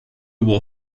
will